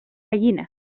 gallina